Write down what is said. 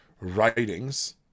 writings